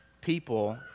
people